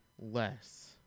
less